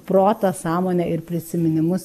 protą sąmonę ir prisiminimus